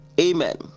amen